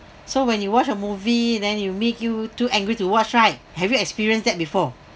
so when you watch a movie then it make you too angry to watch right have you experienced that before